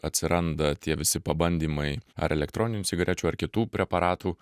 atsiranda tie visi pabandymai ar elektroninių cigarečių ar kitų preparatų